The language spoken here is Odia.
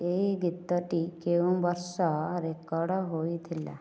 ଏଇ ଗୀତଟି କେଉଁ ବର୍ଷ ରେକର୍ଡ ହୋଇଥିଲା